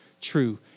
true